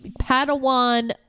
padawan